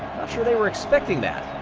sure they were expecting that.